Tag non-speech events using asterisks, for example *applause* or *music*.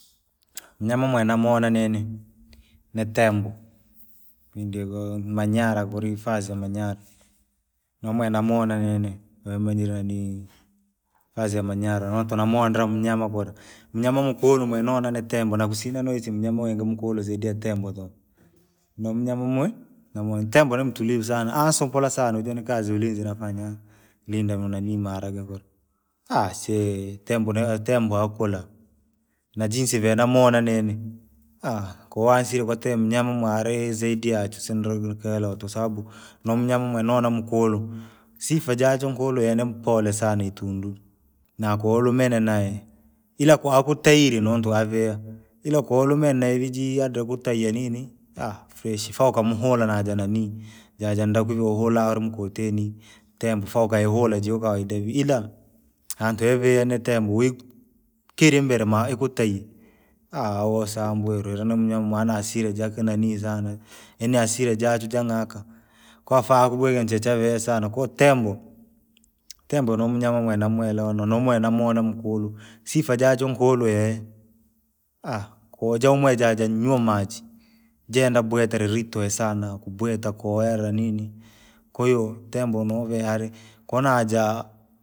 *noise* mnyama mwee namuona nini, ni tembo, pindikoo manyara kure hifadhi ya manyara, nemwe namwona nini, nemanyire yani, hifadhi ya manyara. namondia mnyama kula, mnyama mukuluu mwe noona ni tembo na kusinaa nosii mnyama wingi mutulu zaidi ya tembo tuku. *noise* nomnyama mwee! Nomoaana tembo ni mtulivu sana anisumbukaa sana ujonikazi ulinzi nafanya. Linda nanii maharage kura, *hesitation* tembo nie- tembo akulea, najinsi vyenomoona nini *hesitation* koanisre kwatee mnyama mwaali zaidi yachu *unintelligible* sababu nomyama mwe nona nkulu. Sifa jajo nkulu yeye ni mpole sana itundwii, nakoluuwe naye, ila kwatutayire nontu avia. Ila kwautaili nuntu avia, ila koulumee nayevijio adikutahiye nini, *hesitation* freshi fea ukamuhula naja nanii, jaja ndakwii vouhulaa alara mtototeni tembo faukaihula jiukaide ila hanta avia ni tembo wii, kilambila ma ikutahiya. *hesitation* wosambulia na mnyama maana asila jake nanii sana. Nini asira jachwe jangiaka, kwafaa kubwia njechavia sana koo tembo. Tembo nomnyama mwe namwelewa no namwona mkulu, sifa jajo nkulu yeye, *hesitation* koo jomwejaja nywa maji. Jenda bwetela lilituhe sana kubweta koyahera nini. kwahiyo tembo novi ali konaja.